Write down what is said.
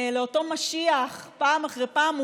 לאותו משיח פעם אחרי פעם,